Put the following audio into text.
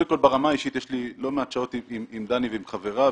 ברמה האישית יש לי לא מעט שעות עם דני ועם חבריו.